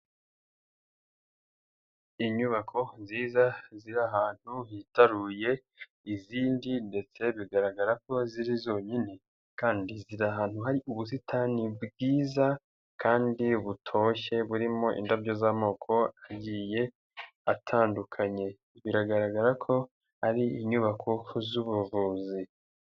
Inyubako nziza ziri ahantu hitaruye izindi ndetse bigaragara ko ziri zonyine, kandi ziri ahantu hari ubusitani bwiza kandi butoshye burimo indabyo z'amoko agiye atandukanye, biragaragara ko ari inyubako z'ubuvuzi.